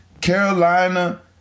Carolina